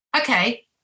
okay